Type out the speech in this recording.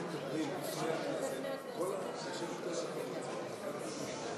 מרצ וקבוצת סיעת הרשימה המשותפת לאחרי